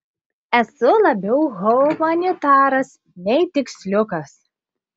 esu labiau humanitaras nei tiksliukas